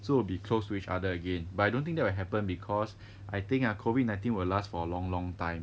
so be close to each other again but I don't think that will happen because I think ah COVID nineteen will last for a long long time